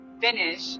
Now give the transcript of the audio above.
finish